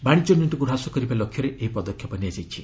ବାଣିଜ୍ୟ ନିଅକ୍ଷକୁ ହ୍ରାସ କରିବା ଲକ୍ଷ୍ୟରେ ଏହି ପଦକ୍ଷେପ ନିଆଯାଇଛି